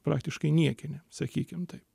praktiškai niekinė sakykim taip